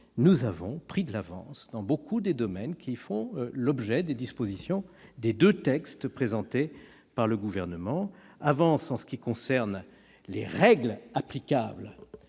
nous avons pris de l'avance dans nombre des domaines qui font l'objet des dispositions des deux textes présentés par le Gouvernement. Ainsi, en ce qui concerne les règles applicables